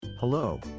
Hello